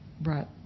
brought